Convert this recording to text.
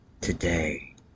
Today